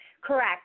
Correct